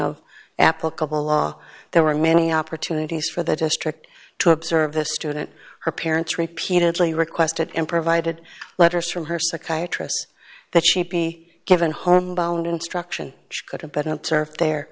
of applicable law there were many opportunities for the district to observe the student her parents repeatedly requested and provided letters from her psychiatrist that she'd be given homebound instruction